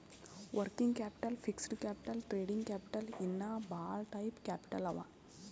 working capital, fixed capital, trading capital ಇನ್ನಾ ಭಾಳ type capital ಅವಾ